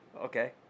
okay